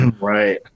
right